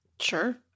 Sure